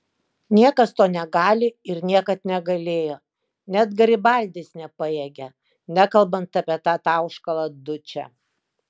niekas to negali ir niekad negalėjo net garibaldis nepajėgė nekalbant apie tą tauškalą dučę